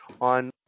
on